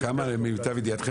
כמה למיטב ידיעתכם,